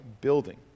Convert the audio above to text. building